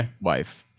wife